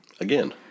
Again